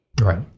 Right